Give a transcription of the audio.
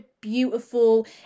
beautiful